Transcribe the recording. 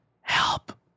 help